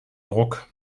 ruck